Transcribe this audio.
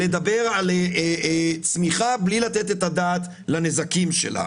לדבר על צמיחה בלי לתת את הדעת לנזקים שלה.